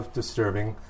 disturbing